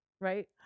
right